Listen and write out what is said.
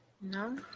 no